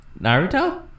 naruto